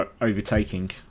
overtaking